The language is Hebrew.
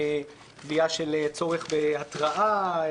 קביעה של צורך בהתרעה,